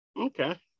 Okay